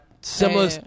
similar